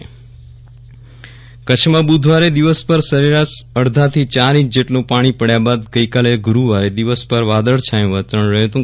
વિરલ રાણા કચ્છ વરસાદ ઃ કચ્છમાં બુધવારે દિવસભર સરેરાશ અડધાથી ચાર ઈંચ જેટલું પાણી પડયા બાદ ગઈકાલે ગરૂ વાર દિવસભર વાદળછાયું વાતાવરણ રહયું રહયું હતું